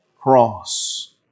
cross